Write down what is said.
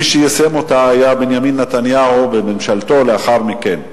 מי שיישם אותה היה בנימין נתניהו בממשלתו לאחר מכן.